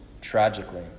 tragically